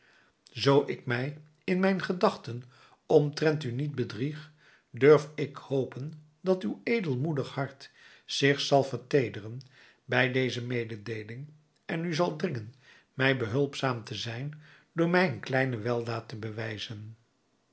zoo ik mij in mijn gedachten omtrent u niet bedrieg durf ik hopen dat uw edelmoedig hart zich zal verteederen bij deze mededeeling en u zal dringen mij behulpzaam te zijn door mij een kleine weldaad te bewijzen